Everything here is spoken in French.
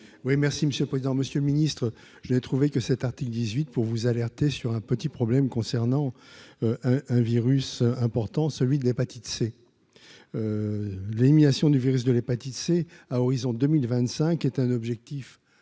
Oui, merci Monsieur le président, Monsieur le Ministre, j'ai trouvé que cet article 18 pour vous alerter sur un petit problème concernant un un virus important, celui de l'hépatite C, l'élimination du virus de l'hépatite C à horizon 2025 est un objectif